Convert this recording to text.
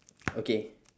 okay